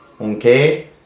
Okay